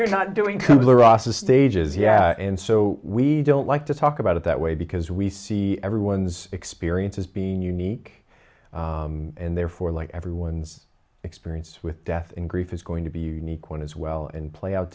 rasa stages yeah and so we don't like to talk about it that way because we see everyone's experience as being unique and therefore like everyone's experience with death and grief is going to be unique one as well and play out